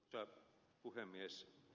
arvoisa puhemies